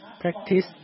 Practice